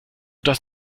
das